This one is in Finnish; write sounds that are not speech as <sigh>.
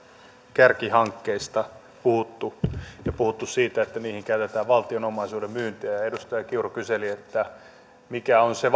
kärkihankkeista puhuttu ja on puhuttu siitä että niihin käytetään valtion omaisuuden myyntiä ja edustaja kiuru kyseli mikä on se <unintelligible>